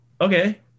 okay